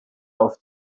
auf